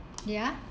ya